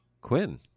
Quinn